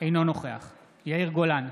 אינו נוכח יאיר גולן,